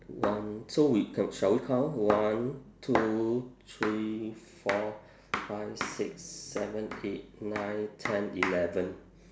one so we shall shall we count one two three four five six seven eight nine ten eleven